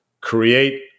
create